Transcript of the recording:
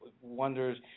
wonders